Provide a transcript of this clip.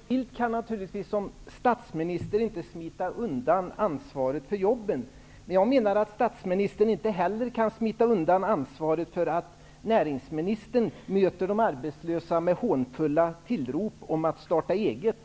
Herr talman! Carl Bildt kan naturligtvis som statsminister inte smita undan ansvaret för jobben. Men jag menar att statsministern inte heller kan smita undan ansvaret för att näringsministern möter de arbetslösa med hånfulla tillrop om att starta eget.